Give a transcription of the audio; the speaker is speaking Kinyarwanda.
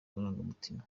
marangamutima